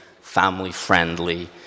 family-friendly